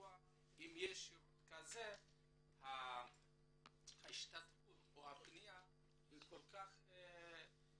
מדוע אם יש שירות כזה ההשתתפות או הפנייה כל כך נמוכה?